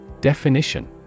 Definition